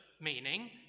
meaning